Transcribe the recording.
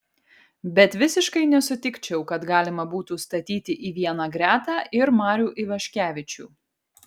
bet visiškai nesutikčiau kad galima būtų statyti į vieną gretą ir marių ivaškevičių